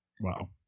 Wow